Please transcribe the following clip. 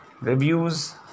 reviews